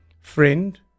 friend